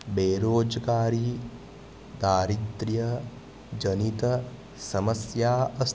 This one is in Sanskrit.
बेरोज्गारी दारिदद्र्य जलितसमस्या अस्ति